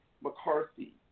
McCarthy